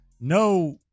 no